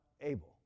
able